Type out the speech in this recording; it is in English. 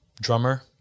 drummer